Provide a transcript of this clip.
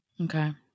Okay